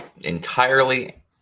entirely